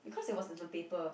because it was in the paper